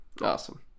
awesome